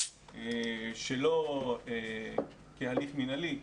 שלא כהליך מינהלי,